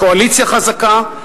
הקואליציה חזקה,